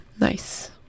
nice